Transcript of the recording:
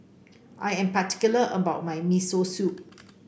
I am particular about my Miso Soup